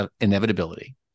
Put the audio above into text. inevitability